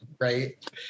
right